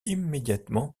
immédiatement